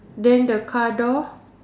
then the car door